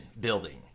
building